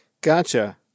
Gotcha